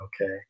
okay